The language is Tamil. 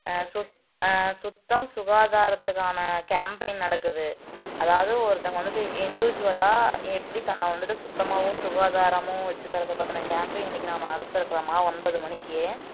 ஆ சுத் ஆ சுத்தம் சுகாதாரத்துக்கான கேம்பிங் நடக்குது அதாவது ஒருத்தவங்க வந்துட்டு இண்டூவிஜுவலாக எப்படி தன்னை வந்துட்டு சுத்தமாகவும் சுகாதாரமாகவும் வச்சிக்கறத பத்தின கேம்பிங் இன்றைக்கி நாம் நடத்த இருக்கிறோம்மா ஒன்பது மணிக்கு